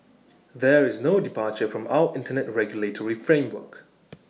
there is no departure from our Internet regulatory framework